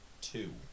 two